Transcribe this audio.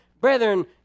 Brethren